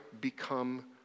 become